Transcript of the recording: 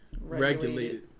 regulated